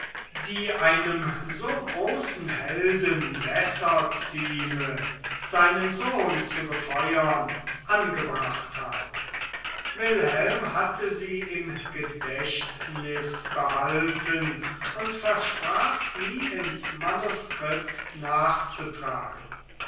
die einem so großen helden besser zieme seinen sohn zu befeuern angebracht habe wilhelm hatte sie im gedächtnis behalten und versprach sie ins manuskript nachzutragen